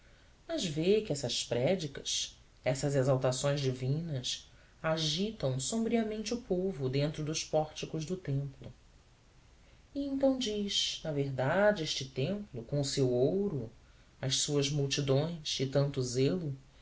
mas vê que essas prédicas essas exaltações divinas agitam sombriamente o povo dentro dos pórticos do templo e então diz na verdade este templo com o seu ouro as suas multidões e tanto zelo